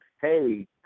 hey